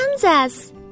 Kansas